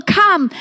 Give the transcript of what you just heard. come